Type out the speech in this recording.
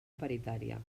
paritària